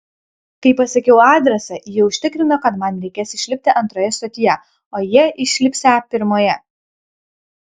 kai pasakiau adresą ji užtikrino kad man reikės išlipti antroje stotyje o jie išlipsią pirmoje